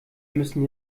müssen